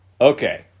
Okay